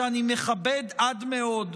שאני מכבד עד מאוד,